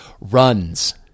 runs